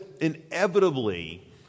inevitably